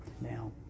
Now